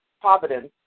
Providence